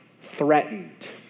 threatened